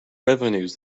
revenues